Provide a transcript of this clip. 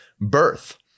birth